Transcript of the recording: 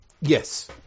Yes